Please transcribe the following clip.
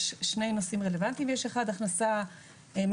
בפקודת מס הכנסה יש שני נושאים רלוונטיים: (1) הכנסה מעסק